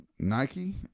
Nike